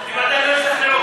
אם עדיין לא השתכנעו,